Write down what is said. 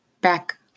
back